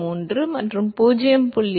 33 மற்றும் 0